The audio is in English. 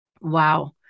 wow